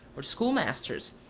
or schoolmasters,